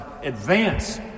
advance